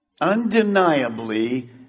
Undeniably